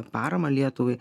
paramą lietuvai